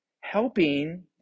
Helping